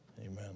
Amen